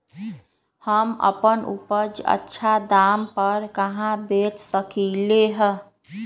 हम अपन उपज अच्छा दाम पर कहाँ बेच सकीले ह?